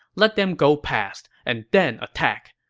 let them go past, and then attack.